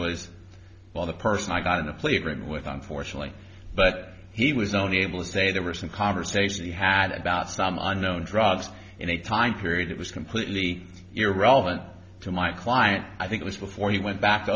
was well the person i got in a plea agreement with unfortunately but he was only able to say there were some conversations he had about some unknown drugs in a time period that was completely irrelevant to my client i think it was before he went back to